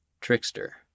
Trickster